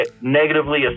negatively